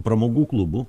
pramogų klubų